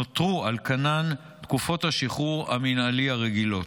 נותרו על כנן תקופות השחרור המינהלי הרגילות.